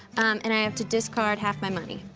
and i have to discard half my money.